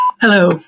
Hello